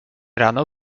rano